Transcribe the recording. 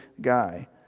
guy